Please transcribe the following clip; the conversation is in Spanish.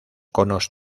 conos